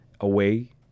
away